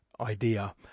idea